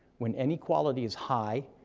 when inequality is high,